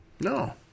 No